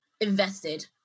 invested